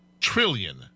trillion